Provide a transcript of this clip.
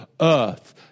earth